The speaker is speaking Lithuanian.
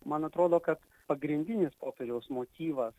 man atrodo kad pagrindinis popiežiaus motyvas